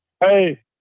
Hey